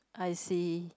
I see